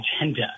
agenda